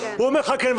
הוא אומר לך כן,